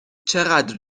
چقدر